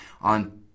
on